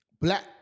black